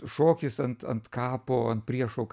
šokis ant ant kapo ant priešo